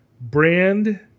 brand